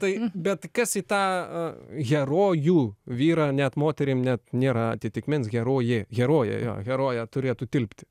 tai bet kas į tą herojų vyrą net moterim net nėra atitikmens herojė herojė jo herojė turėtų tilpti